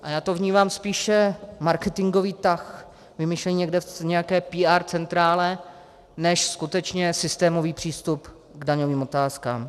A já to vnímám spíše jako marketingový tah vymyšlený někde v nějaké PR centrále než skutečně systémový přístup k daňovým otázkám.